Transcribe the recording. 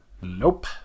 nope